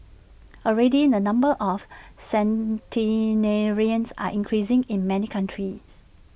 already the number of centenarians are increasing in many countries